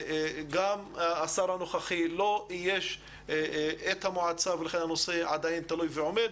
גם השר הנוכחי לא אייש את המועצה ולכן הנושא עדיין תלוי ועומד.